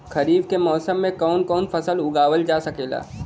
खरीफ के मौसम मे कवन कवन फसल उगावल जा सकेला?